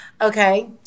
Okay